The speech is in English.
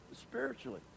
spiritually